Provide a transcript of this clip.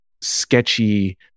sketchy